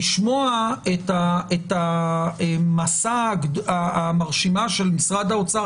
לשמוע את המסה המרשימה של משרד האוצר,